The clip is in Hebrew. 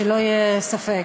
שלא יהיה ספק,